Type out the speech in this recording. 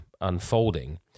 unfolding